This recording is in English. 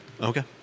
Okay